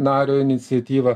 nario iniciatyva